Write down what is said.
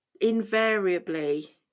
invariably